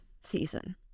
season